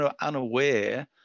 unaware